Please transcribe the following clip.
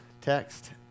text